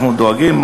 אנחנו דואגים לכך.